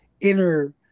inner